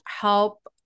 help